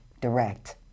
direct